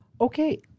Okay